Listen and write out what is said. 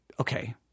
okay